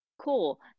cool